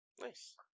nice